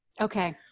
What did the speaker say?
Okay